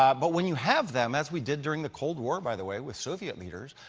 um but when you have them, as we did during the cold war, by the way, with soviet leaders,